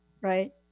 right